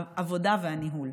העבודה והניהול.